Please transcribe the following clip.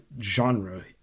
genre